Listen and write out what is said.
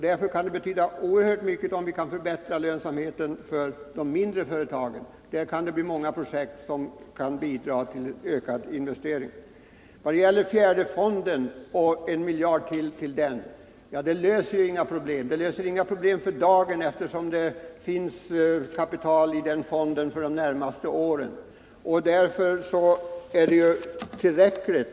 Därför kan det betyda oerhört mycket om vi kan förbättra lönsamheten för de mindre företagen. Där kan det bli många projekt som kan bidra till ökade investeringar. Vad gäller fjärde AP-fonden anser jag att 1 miljard till den inte löser några problem för dagen, eftersom det redan finns kapital i den fonden för de närmaste åren.